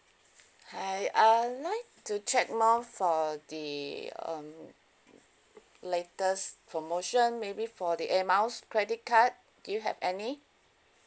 hi I'd like to check more for the um latest promotion maybe for the air miles credit card do you have any